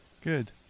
Good